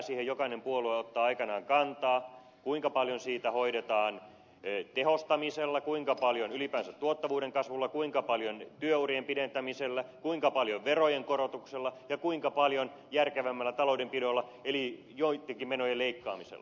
siihen jokainen puolue ottaa aikanaan kantaa kuinka paljon siitä hoidetaan tehostamisella kuinka paljon ylipäänsä tuottavuuden kasvulla kuinka paljon työurien pidentämisellä kuinka paljon verojen korotuksella ja kuinka paljon järkevämmällä taloudenpidolla eli joittenkin menojen leikkaamisella